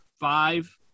five